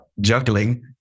juggling